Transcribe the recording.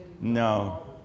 no